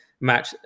match